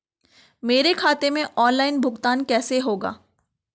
मेरे खाते में ऑनलाइन भुगतान कैसे होगा?